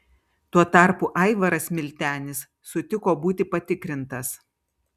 tuo tarpu aivaras miltenis sutiko būti patikrintas